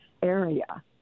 area